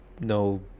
no